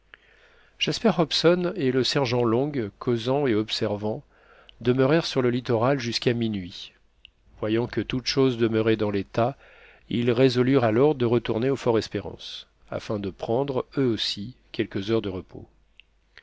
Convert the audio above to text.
jasper hobson et le sergent long causant et observant demeurèrent sur le littoral jusqu'à minuit voyant que toutes choses demeuraient dans l'état ils résolurent alors de retourner au fort espérance afin de prendre eux aussi quelques heures de repos